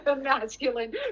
masculine